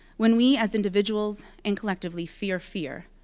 when we as individuals, and collectively fear fear,